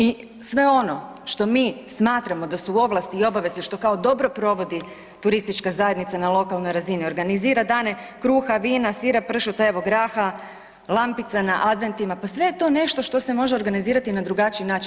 I sve ono što mi smatramo da su ovlasti i obveze, što kao dobro provodi turistička zajednica na lokalnoj razini, organizira „Dane kruha“, vina, sira, pršuta, evo graha, lampica na Adventima, pa sve je to nešto što se može organizirati na drugačiji način.